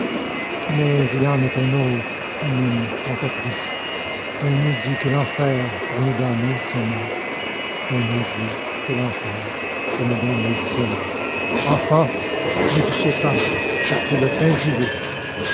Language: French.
mais il en est un autre à mine tentatrice pain maudit que l'enfer pour nous damner sema bis enfants n'y touchez pas car c'est le pain du vice